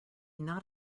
not